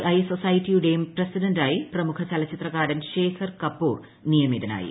I സൊസൈറ്റിയുടെയും പ്രസിഡന്റായി പ്രമുഖ ചലച്ചിത്രകാരൻ ശേഖർ കപൂർ നിയമിതനായി